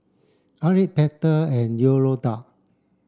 Aric Pate and Yolonda